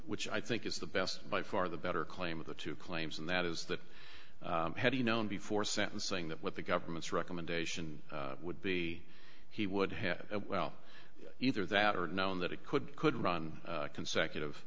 which i think is the best by far the better claim of the two claims and that is that had he known before sentencing that what the government's recommendation would be he would have well either that or known that it could could run consecutive